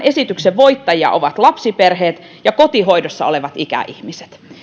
esityksen voittajia ovat lapsiperheet ja kotihoidossa olevat ikäihmiset